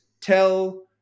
tell